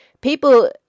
people